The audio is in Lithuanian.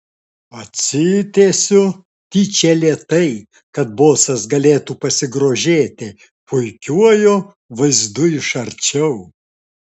atsitiesiu tyčia lėtai kad bosas galėtų pasigrožėti puikiuoju vaizdu iš arčiau